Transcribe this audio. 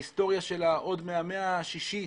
ההיסטוריה שלה עוד מהמאה השישית,